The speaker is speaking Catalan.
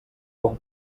com